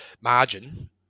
margin